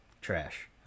trash